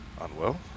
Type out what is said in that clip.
Unwell